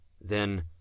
Then